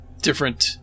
different